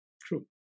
True